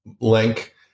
link